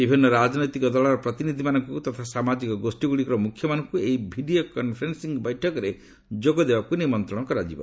ବିଭିନ୍ନ ରାଜନୈତିକ ଦଳର ପ୍ରତିନିଧିମାନଙ୍କୁ ତଥା ସାମାଜିକ ଗୋଷ୍ଠୀ ଗୁଡ଼ିକର ମୁଖ୍ୟମାନଙ୍କୁ ଏହି ଭିଡ଼ିଓ କନ୍ଫରେନ୍ନିଂ ବୈଠକରେ ଯୋଗଦେବାକୁ ନିମନ୍ତ୍ରଣ କରାଯିବ